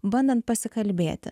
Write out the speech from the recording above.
bandant pasikalbėti